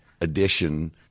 edition